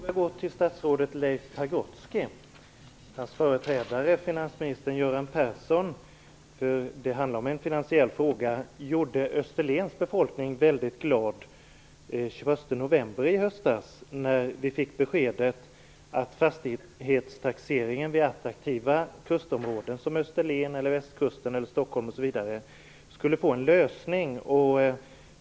Fru talman! Min fråga riktar sig till statsrådet Leif Persson - det handlar om en finansiell fråga - gjorde Österlens befolkning väldigt glad den 21 november i höstas när han lämnade beskedet att fastighetstaxeringen i attraktiva kustområden såsom Österlen, västkusten eller Stockholmsområdet skulle få en lösning.